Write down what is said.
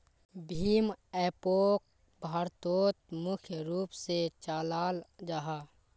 भीम एपोक भारतोत मुख्य रूप से चलाल जाहा